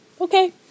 Okay